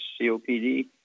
COPD